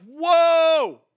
whoa